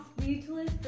speechless